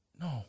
No